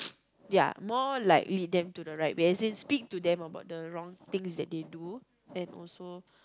ya more like lead them to the right when as in speak to them about the wrong things that they do and also